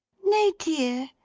nay, dear!